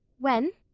when?